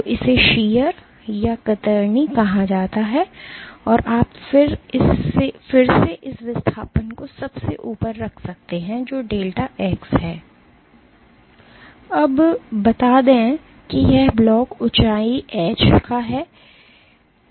तो इसे शीयरकतरनी कहा जाता है और आप फिर से इस विस्थापन को सबसे ऊपर रख सकते हैं जो डेल्टा x है और बता दें कि यह ब्लॉक ऊंचाई h का है